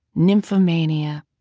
nymphomania,